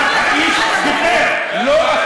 אתה יכול להגיד, מה, האיש דיבר, לא אחר.